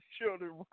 children